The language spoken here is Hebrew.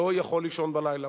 לא יכול לישון בלילה.